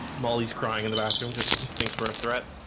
molly's crying in the bathroom because things were a threat